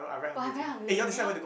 !wah! I very hungry eh can you all